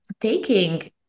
taking